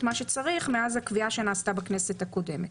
מה שצריך מאז הקביעה שנעשתה בכנסת הקודמת.